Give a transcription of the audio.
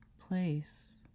place